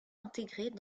intégrés